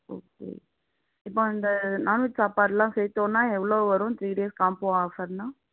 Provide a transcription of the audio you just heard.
okay இப்போ அந்த non veg சாப்பாடுலாம் சேர்த்தோன்னா எவ்வளவு வரும் த்ரீ டேஸ் காம்போ ஆஃபர்னால்